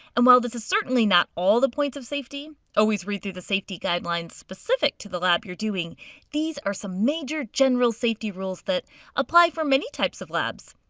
and while this is certainly not all the points of safety always read through the safety guidelines specific to the lab you're doing these are some major, general safety rules that apply for many types of labs.